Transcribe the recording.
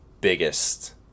biggest